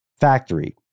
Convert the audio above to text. factory